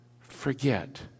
forget